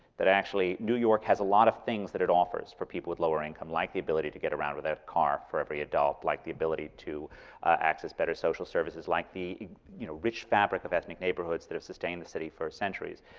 that actually new york has a lot of things that it offers for people with lower income, like the ability to get around without a car for every adult, like the ability to access better social services, like the you know rich fabric of ethnic neighborhoods that have sustained the city for centuries.